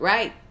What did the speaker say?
Right